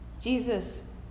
Jesus